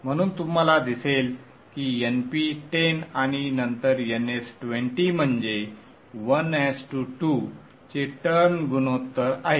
म्हणून तुम्हाला दिसेल की Np 10 आणि नंतर Ns 20 म्हणजे 1 2 चे टर्न गुणोत्तर आहे